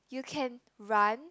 you can run